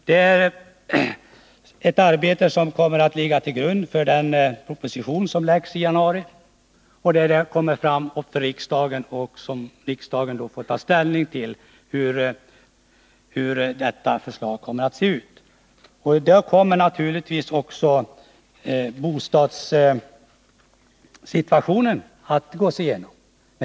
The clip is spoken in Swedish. Det är ett arbete som kommer att ligga till grund för den budgetproposition som skall läggas fram i januari och som riksdagen därefter får ta ställning till. I det sammanhanget kommer naturligtvis också bostadssituationen att gås igenom.